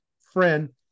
friend